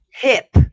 hip